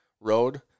road